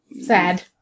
Sad